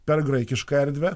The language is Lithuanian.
per graikišką erdvę